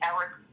Eric